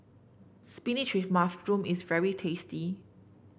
spinach with mushroom is very tasty